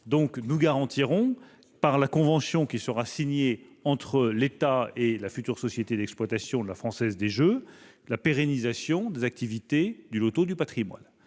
Nous garantirons par la convention qui sera signée entre l'État et la future société d'exploitation de la Française des jeux la pérennisation des activités du loto du patrimoine.